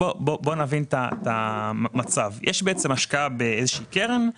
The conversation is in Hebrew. יש השקעה באיזושהי קרן,